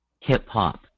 hip-hop